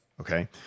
Okay